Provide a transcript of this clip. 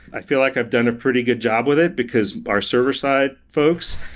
i feel like i've done a pretty good job with it, because our server-side folks,